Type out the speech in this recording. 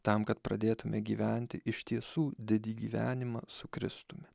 tam kad pradėtume gyventi iš tiesų didį gyvenimą su kristumi